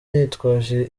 nitwaje